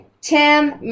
Tim